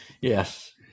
yes